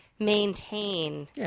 maintain